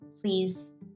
please